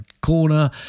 corner